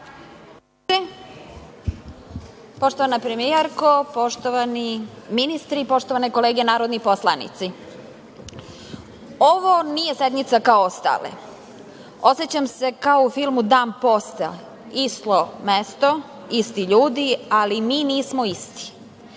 premijerko, poštovani ministre, poštovane kolege narodni poslanici, ovo nije sednica kao ostale. Osećam se kao u filmu „Dan posle“. Isto mesto, isti ljudi, ali mi nismo isti. Neki